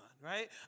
right